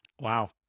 Wow